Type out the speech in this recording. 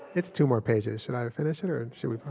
it's two more pages. should i finish it, or and should we,